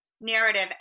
narrative